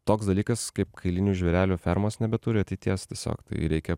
toks dalykas kaip kailinių žvėrelių fermos nebeturi ateities tiesiog tai reikia